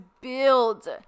build